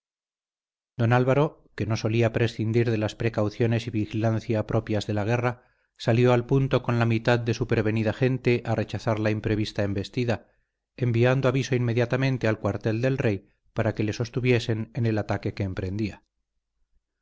don álvaro que no solía prescindir de las precauciones y vigilancia propias de la guerra salió al punto con la mitad de su prevenida gente a rechazar la imprevista embestida enviando aviso inmediatamente al cuartel del rey para que le sostuviesen en el ataque que emprendía